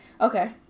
Okay